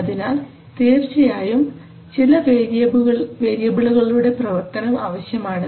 അതിനാൽ തീർച്ചയായും ചില വേരിയബിളുകളുടെ പ്രവർത്തനം ആവശ്യമാണ്